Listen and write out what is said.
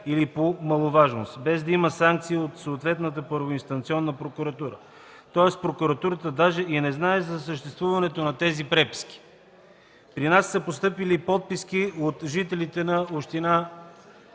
или по маловажност, без да има санкция от съответната първоинстанционна прокуратура? Тоест прокуратурата даже не знае за съществуването на тези преписки. При нас са постъпили подписки от жителите на община